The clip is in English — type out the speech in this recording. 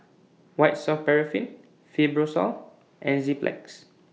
White Soft Paraffin Fibrosol and Enzyplex